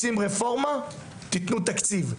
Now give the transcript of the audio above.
רוצים רפורמה תנו תקציב,